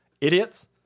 Idiots